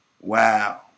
Wow